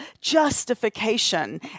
justification